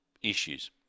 issues